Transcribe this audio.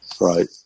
Right